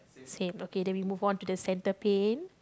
same okay then we move on to the centre paint